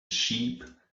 sheep